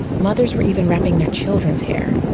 mothers were even wrapping their children's hair,